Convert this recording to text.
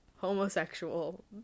homosexual